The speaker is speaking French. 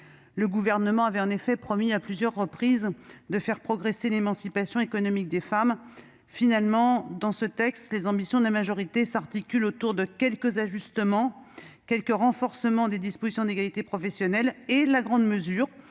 Le Gouvernement avait en effet promis à plusieurs reprises de faire progresser l'émancipation économique des femmes ; finalement, dans ce texte, les ambitions de la majorité s'articulent autour de quelques ajustements, de quelques renforcements des dispositions d'égalité professionnelle et d'une grande mesure-